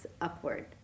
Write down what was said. upward